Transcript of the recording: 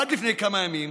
עד לפני כמה ימים